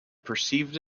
perceived